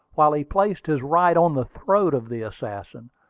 while he placed his right on the throat of the assassin.